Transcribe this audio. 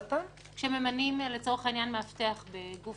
האם כשממנים מאבטח בגוף